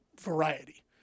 variety